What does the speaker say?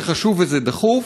זה חשוב וזה דחוף.